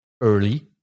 early